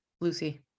Lucy